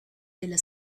della